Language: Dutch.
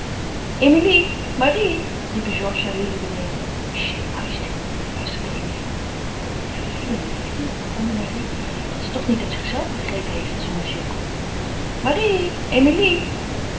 emilie marie riepen georges en lili beneden cht hoû je stil fluisterde emilie die vervelende fine bromde marie dat ze toch niet uit zichzelve begrepen heeft dat ze moest jokken marie emilie